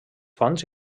fonts